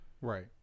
Right